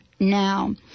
Now